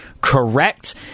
correct